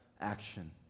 action